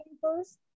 first